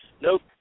nope